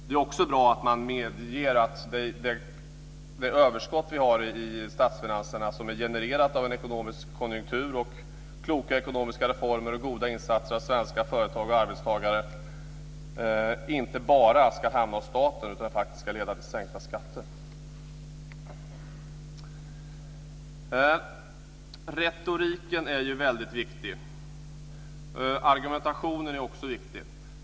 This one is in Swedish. Det är också bra att man medger att det överskott som finns i statsfinanserna som är genererat av en ekonomisk konjunktur, kloka ekonomiska reformer och goda insatser av svenska företag och arbetstagare inte bara ska tillfalla staten utan att det också ska leda till sänkta skatter. Retoriken är ju väldigt viktig. Argumentationen är också viktig.